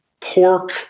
pork